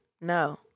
No